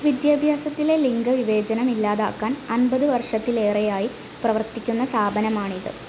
വിദ്യാഭ്യാസത്തിലെ ലിങ്കവിവേചനം ഇല്ലാതാക്കാൻ അൻപത് വർഷത്തിലേറെയായി പ്രവർത്തിക്കുന്ന സ്ഥാപനമാണിത്